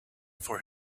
for